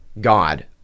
God